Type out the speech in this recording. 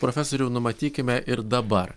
profesoriau numatykime ir dabar